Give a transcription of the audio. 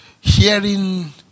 hearing